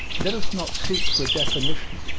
let us not seek for a definition,